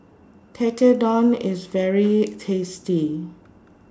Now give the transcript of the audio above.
Tekkadon IS very tasty